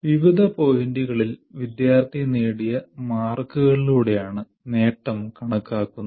വിവിധ പോയിന്റുകളിൽ വിദ്യാർത്ഥി നേടിയ മാർക്കുകളിലൂടെയാണ് നേട്ടം കണക്കാക്കുന്നത്